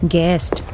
Guest